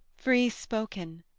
free-spoken,